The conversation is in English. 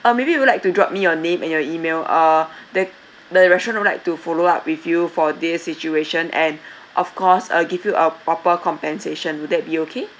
uh maybe you would like to drop me your name and your email uh the the restaurant would like to follow up with you for this situation and of course uh give you a proper compensation would that be okay